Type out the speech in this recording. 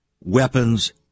weapons